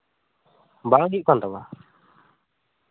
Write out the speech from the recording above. ᱵᱟᱝ ᱦᱩᱭᱩᱜ ᱠᱟᱱ ᱛᱟᱢᱟ